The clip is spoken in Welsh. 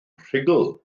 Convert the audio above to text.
rhugl